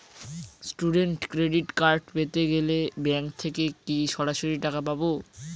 Student credit card পেতে গেলে bank থেকে কি সরাসরি টাকা পাবো?